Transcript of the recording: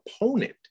opponent